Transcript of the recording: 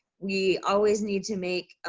we always need to make ah